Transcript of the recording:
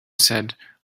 said